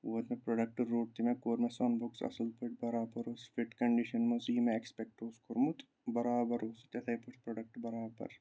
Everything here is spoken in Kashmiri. ووت مےٚ پروڈَکٹ روٚٹ تہِ مےٚ کوٚر مےٚ سۄنہٕ بوٚکُس اَصٕل پٲٹھۍ برابر اوس فِٹ کَنڈِشَن منٛز یہِ مےٚ اٮ۪کٕسپٮ۪کٹ اوس کوٚرمُت برابر اوس تِتھَے پٲٹھۍ پرٛوڈَکٹ بَرابَر